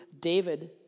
David